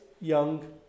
young